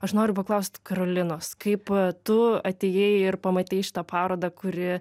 aš noriu paklaust karolinos kaip tu atėjai ir pamatei šitą parodą kuri